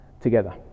together